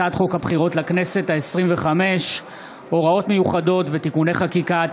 הצעת חוק הבחירות לכנסת העשרים-וחמש (הוראות מיוחדות ותיקוני חקיקה),